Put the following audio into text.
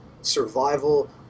survival